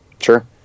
Sure